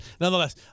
Nonetheless